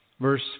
Verse